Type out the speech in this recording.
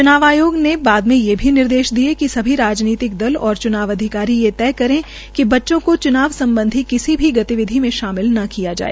च्नाव आयोग ने बाद में ये भी निर्देश दिये कि सभी राजनीतिक दल और च्नाव अधिकारी ये तय करें कि बच्चों को चुनाव संबंधी किसी भी गतिविधि में शामिल न किया जाए